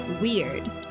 weird